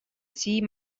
see